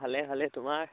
ভালে ভালেই তোমাৰ